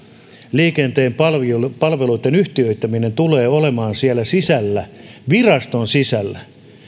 liikenteen palveluitten yhtiöittäminen tulee olemaan siellä sisällä viraston sisällä